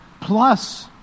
plus